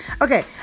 okay